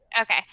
Okay